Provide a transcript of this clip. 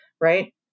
right